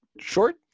Short